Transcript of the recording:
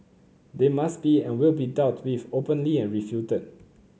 they must be and will be dealt with openly and refuted